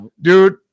Dude